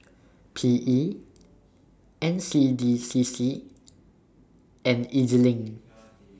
P E N C D C C and Ez LINK